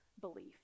belief